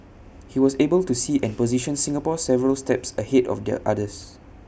he was able to see and position Singapore several steps ahead of the others